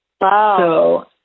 Wow